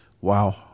Wow